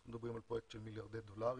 אנחנו מדברים על פרויקט של מיליארד דולרים,